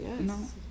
Yes